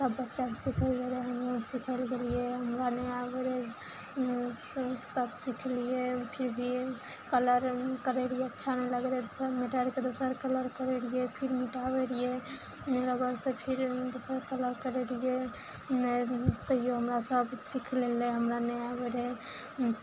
सब बच्चाके सिखायल गेलय हमहुँ सिखय लए गेलियइ हमरा नहि आबय रहय तब सीखलियइ फिर भी कलर करय रहियइ अच्छा नहि लगय रहय फेर मिटाके दोसर कलर करय रहियइ फिर मिटाबय रहियइ फिर दोसर कलर करय रहियइ तैयो हमरा सब सीख लेलै हमरा नहि आबय रहय